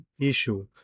issue